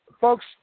Folks